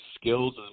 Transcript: skills